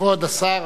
כבוד השר.